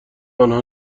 آنها